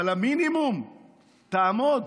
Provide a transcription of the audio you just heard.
אבל המינימום, תעמוד,